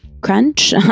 crunch